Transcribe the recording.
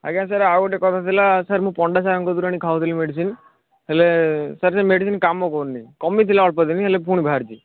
ଆଜ୍ଞା ସାର୍ ଆଉ ଗୋଟେ କଥା ଥିଲା ସାର୍ ମୁଁ ପଣ୍ଡା ସାର୍ଙ୍କ କତିରୁ ଆଣି ଖାଉଥିଲି ମେଡ଼ିସିନ୍ ହେଲେ ସାର୍ ସେ ମେଡ଼ିସିନ୍ କାମ କରୁନି କମି ଥିଲା ଅଳ୍ପ ଦିନ ହେଲେ ପୁଣି ବାହାରିଛି